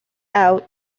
out